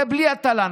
זה בלי התל"ן.